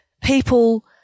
people